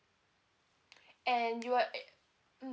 and you are at mm